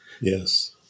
Yes